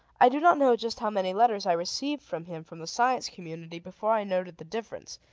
i do not know just how many letters i received from him from the science community before i noted the difference,